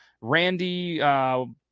Randy